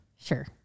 sure